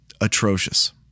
atrocious